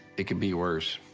it could be worse.